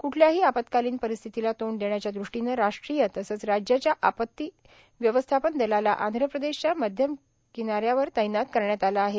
क्ठल्याही आपात्कालीन परिस्थितीला तोंड देण्याच्या दृष्टीनं राष्ट्रीय तसंच राज्याच्या आपत्ती व्यवस्थापन दलाला आंध्र प्रदेशच्या मध्यम किनाऱ्यावर तैनात करण्यात आलं आहे